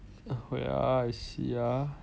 wait ah I see ah